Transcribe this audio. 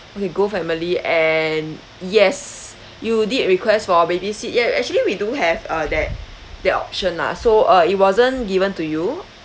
okay goh family and yes you did request for baby seat ya actually we do have uh that that option lah so uh it wasn't given to you